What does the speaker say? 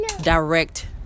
direct